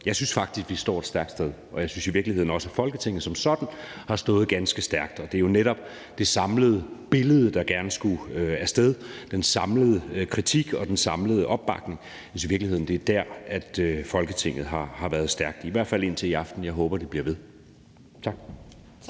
Jeg synes faktisk, at vi står et stærkt sted, og jeg synes i virkeligheden også, at Folketinget som sådan har stået ganske stærkt, og det er jo netop det samlede billede, der gerne skulle af sted, den samlede kritik og den samlede opbakning. Jeg synes i virkeligheden, det er dér, at Folketinget har været stærkt – i hvert fald indtil i aften. Jeg håber det bliver ved. Tak.